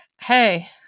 hey